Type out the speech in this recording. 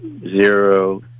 zero